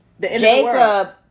Jacob